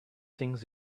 things